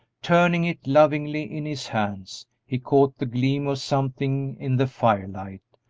turning it lovingly in his hands, he caught the gleam of something in the fire-light,